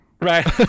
Right